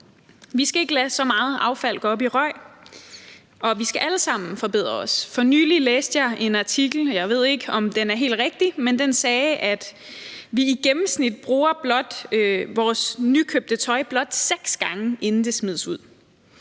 Vi skal ikke lade så meget affald gå op i røg, og vi skal alle sammen forbedre os. For nylig læste jeg en artikel – jeg ved ikke, om den er helt rigtig – som sagde, at vi i gennemsnit bruger vores nykøbte tøj blot seks gange, inden det smides ud,